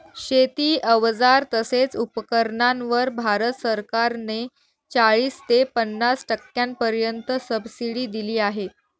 शेती अवजार तसेच उपकरणांवर भारत सरकार ने चाळीस ते पन्नास टक्क्यांपर्यंत सबसिडी दिली आहे